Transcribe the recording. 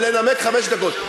ולנמק חמש דקות.